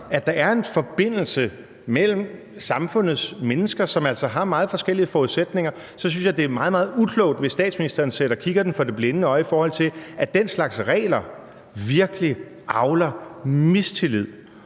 at der er en forbindelse mellem samfundets mennesker, som altså har meget forskellige forudsætninger, så synes jeg, det er meget, meget uklogt, hvis statsministeren sætter kikkerten for det blinde øje, i forhold til at den slags regler virkelig avler mistillid